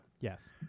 Yes